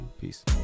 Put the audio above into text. Peace